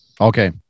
okay